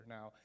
Now